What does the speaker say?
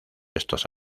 estos